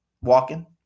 Walking